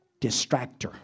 distractor